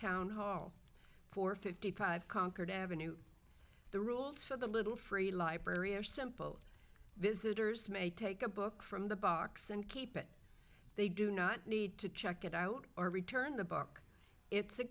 town hall for fifty five concord avenue the rules for the little free library are simple visitors may take a book from the box and keep it they do not need to check it out or return the book it's a